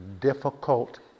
difficult